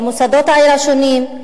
במוסדות העיר השונים,